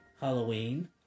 Halloween